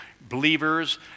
believers